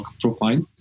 profile